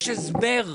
יש הסבר הגיוני,